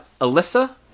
Alyssa